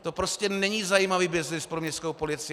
To prostě není zajímavý byznys pro městskou policii.